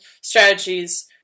strategies